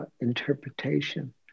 interpretation